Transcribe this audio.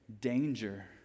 danger